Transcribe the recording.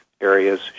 areas